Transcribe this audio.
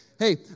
Hey